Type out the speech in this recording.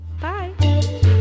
Bye